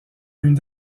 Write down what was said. une